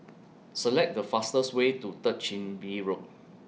Select The fastest Way to Third Chin Bee Road